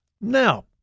Now